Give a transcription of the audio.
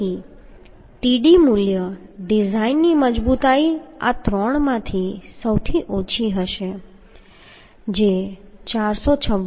તેથી Td મૂલ્ય ડિઝાઇનની મજબૂતાઈ આ ત્રણમાંથી સૌથી ઓછી હશે જે 426